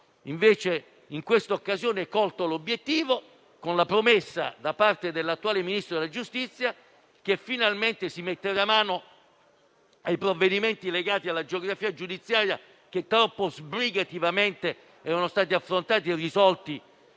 2021. In questa occasione abbiamo invece colto l'obiettivo, con la promessa, da parte dell'attuale Ministro della giustizia, che finalmente si metterà mano ai provvedimenti legati alla geografia giudiziaria che troppo sbrigativamente erano stati affrontati e risolti